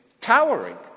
towering